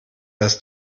das